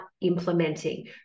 implementing